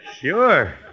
Sure